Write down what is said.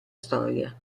storia